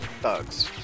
thugs